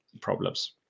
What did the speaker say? problems